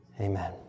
Amen